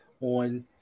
on